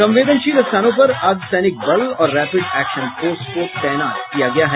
संवेदनशील स्थानों पर अर्द्व सैनिक बल और रैपिड एक्शन फोर्स को तैनात किया गया है